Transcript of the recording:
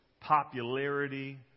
popularity